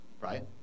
right